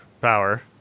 power